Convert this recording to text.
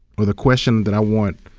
or the question that i want,